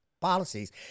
policies